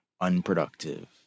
unproductive